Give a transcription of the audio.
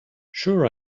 sure